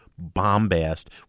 bombast